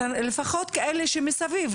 לפחות כאלה שמסביב,